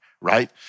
right